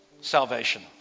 salvation